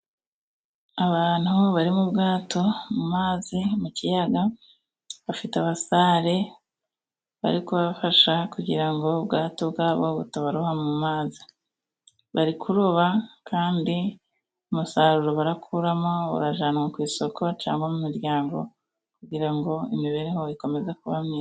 Abantu bari mu bwato， mu mazi，mu kiyaga， bafite abasare bari kubafasha kugira ngo ubwato bwabo butabaroha mu mazi. Bari kuroba， kandi umusaruro barakuramo urajyanwa ku isoko， cyangwa mu miryango， kugira ngo imibereho ikomeze kuba myiza.